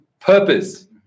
purpose